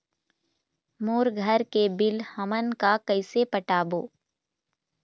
मोर घर के बिल हमन का कइसे पटाबो?